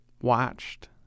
watched